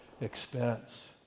expense